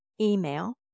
email